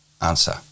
Answer